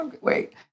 Wait